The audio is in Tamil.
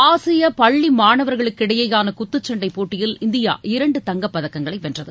ஆசிய பள்ளி மாணவர்களுக்கிடையேயான குத்துச்சண்டை போட்டியில் இந்தியா இரண்டு தங்கப்பதக்கங்களை வென்றது